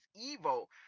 evil